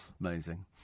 Amazing